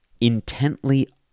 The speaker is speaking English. intently